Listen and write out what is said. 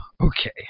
okay